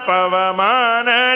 Pavamana